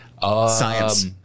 Science